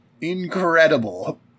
incredible